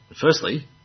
Firstly